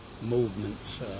movements